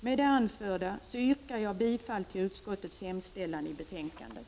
Med det anförda yrkar jag bifall till utskottets hemställan i betänkandet.